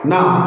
Now